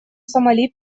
сомали